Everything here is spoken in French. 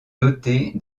dotée